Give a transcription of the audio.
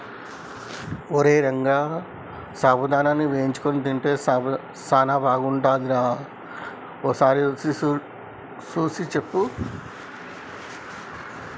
ఓరై రంగ సాబుదానాని వేయించుకొని తింటే సానా బాగుంటుందిరా ఓసారి రుచి సూసి సెప్పు